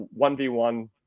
1v1